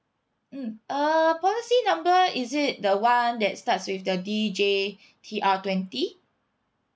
mm uh policy number is it the one that starts with the D J T R twenty